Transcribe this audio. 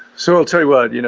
so i'll tell you what, you know